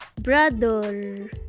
brother